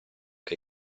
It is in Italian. che